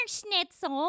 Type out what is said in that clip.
schnitzel